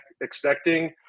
expecting